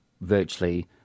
virtually